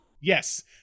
Yes